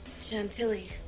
Chantilly